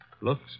Looks